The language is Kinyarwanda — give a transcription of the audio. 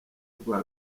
bwoba